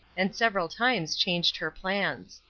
and several times changed her plans.